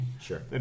Sure